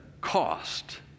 cost